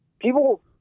people